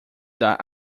dar